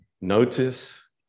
notice